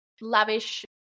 lavish